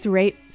rate